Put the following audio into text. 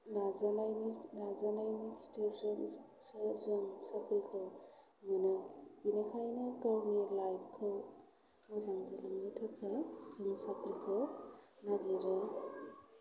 नाजानायनि नाजानायनि जोंसो जों साख्रिखौ मोनो बेनिखायनो गावनि लाइफखौ मोजां जालांनो थाखाय जों साख्रिखौ नागिरो